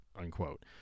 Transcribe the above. unquote